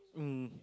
mm